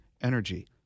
energy